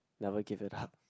never give her